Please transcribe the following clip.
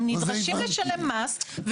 הם נדרשים לשלם מס,